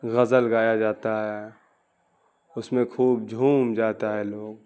غزل گایا جاتا ہے اس میں خوب جھوم جاتا ہے لوگ